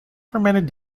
fermented